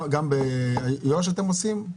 גם ביו"ש אתם עושים?